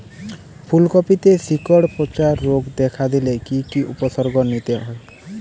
ফুলকপিতে শিকড় পচা রোগ দেখা দিলে কি কি উপসর্গ নিতে হয়?